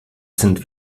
sind